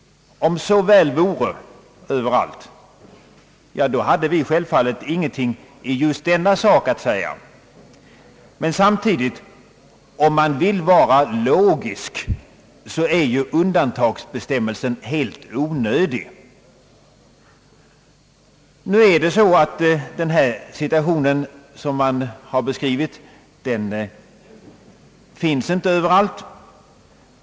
Om så väl vore överallt hade vi självfallet ingenting att säga i denna sak. Om man vore fullt logisk borde man emellertid då också anse att undantagsbestämmelsen är helt onödig. Den beskrivna situationen finns inte överallt.